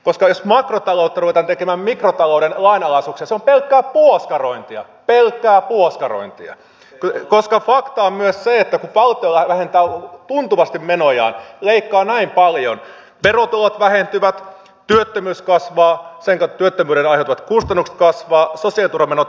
jos makrotaloutta ruvetaan tekemään mikrotalouden lainalaisuuksilla se on pelkkää puoskarointia pelkkää puoskarointia koska fakta on myös se että kun valtio vähentää tuntuvasti menojaan leikkaa näin paljon verotulot vähentyvät työttömyys kasvaa sekä työttömyyden aiheuttamat kustannukset kasvavat sosiaaliturvamenot kasvavat